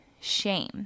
shame